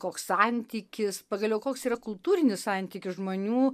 koks santykis pagaliau koks yra kultūrinis santykis žmonių